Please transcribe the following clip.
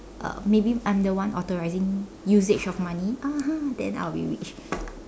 uh maybe I am the one authorising usage of money (uh huh) then I'll be rich